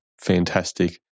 Fantastic